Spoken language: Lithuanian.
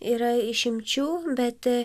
yra išimčių bet